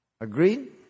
Agreed